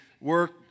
work